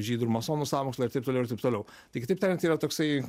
žydų ir masonų sąmokslą ir taip toliau ir taip toliau tai kitaip tariant yra toksai